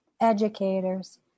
educators